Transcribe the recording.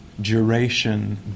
duration